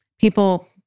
people